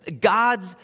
God's